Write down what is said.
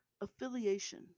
affiliation